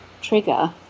trigger